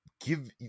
Give